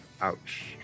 Ouch